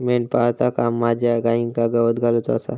मेंढपाळाचा काम माझ्या गाईंका गवत घालुचा आसा